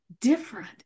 different